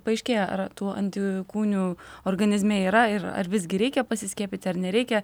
paaiškėja ar tų antikūnių organizme yra ir ar visgi reikia pasiskiepyti ar nereikia